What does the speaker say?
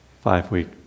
five-week